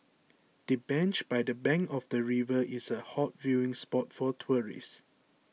the bench by the bank of the river is a hot viewing spot for tourists